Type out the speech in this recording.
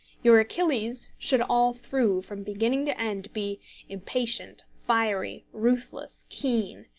your achilles should all through, from beginning to end, be impatient, fiery, ruthless, keen.